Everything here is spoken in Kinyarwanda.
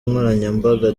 nkoranyambaga